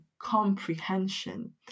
comprehension